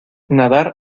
nadar